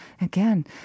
Again